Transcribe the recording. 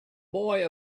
boy